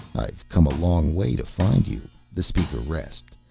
i've come a long way to find you, the speaker rasped.